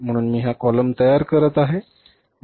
म्हणून मी हा कॉलम तयार करत आहे